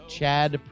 Chad